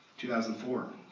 2004